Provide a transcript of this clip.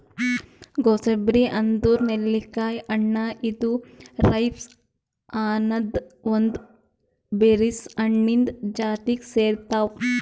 gooseberry ಅಂದುರ್ ನೆಲ್ಲಿಕಾಯಿ ಹಣ್ಣ ಇದು ರೈಬ್ಸ್ ಅನದ್ ಒಂದ್ ಬೆರೀಸ್ ಹಣ್ಣಿಂದ್ ಜಾತಿಗ್ ಸೇರ್ತಾವ್